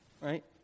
Right